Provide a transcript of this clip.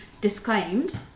disclaimed